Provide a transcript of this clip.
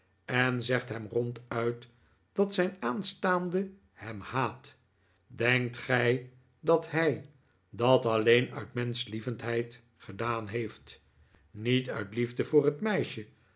en zegt hem ronduit dat zijn aanstaande hem haat denkt gij dat hij dat alleen uit menschlievendheid gedaan heeft niet uit liefde voor het meisje